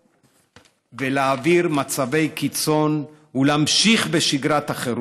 ולהעביר מצבי קיצון ולהמשיך בשגרת החירום.